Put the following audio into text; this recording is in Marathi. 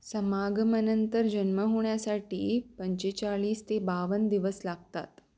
समागमानंतर जन्म होण्यासाठी पंचेचाळीस ते बावन्न दिवस लागतात